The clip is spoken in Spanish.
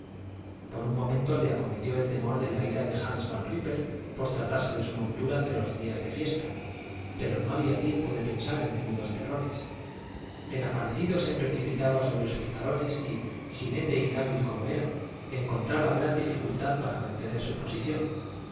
por un momento le acometió el temor de la ira de hans van rípper por tratarse de su montura de los días de fiesta pero no había tiempo de pensar en menudos terrores el aparecido se precipitaba sobre sus talones y jinete inhábil como era encontraba gran dificultad para mantener su posición